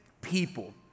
people